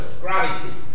gravity